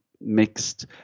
mixed